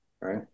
right